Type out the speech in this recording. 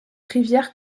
rivière